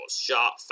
sharp